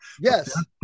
yes